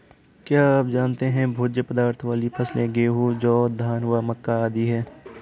क्या आप जानते है भोज्य पदार्थ वाली फसलें गेहूँ, जौ, धान व मक्का आदि है?